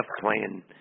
playing